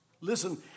Listen